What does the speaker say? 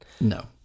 No